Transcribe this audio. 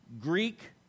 Greek